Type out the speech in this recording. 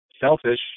selfish